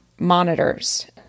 monitors